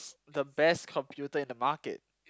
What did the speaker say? the best computer in the market